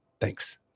thanks